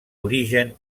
origen